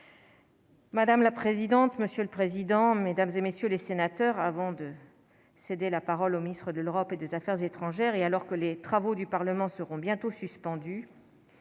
Madame la présidente, monsieur le président, Mesdames et messieurs les sénateurs, avant de céder la parole au ministre de l'Europe et des Affaires étrangères et alors que les travaux du Parlement seront bientôt suspendu,